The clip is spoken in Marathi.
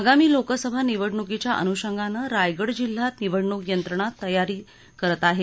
आगमी लोकसभा निवडणूकीच्या अनुषंगाने रायगड जिल्हा निवडणूक यंत्रणा तयारी करत आहे